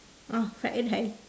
oh fried rice